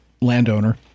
landowner